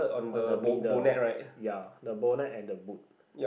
on the middle ya the bonnet and the boot